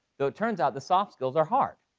though it turns out the soft skills are hard.